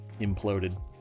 imploded